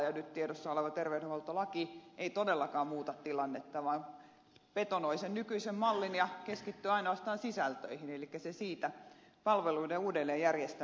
nyt tiedossa oleva terveydenhuoltolaki ei todellakaan muuta tilannetta vaan betonoi sen nykyisen mallin ja keskittyy ainoastaan sisätöihin elikkä se siitä palveluiden uudelleenjärjestämisestä